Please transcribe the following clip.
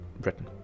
Britain